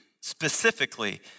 specifically